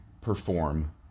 perform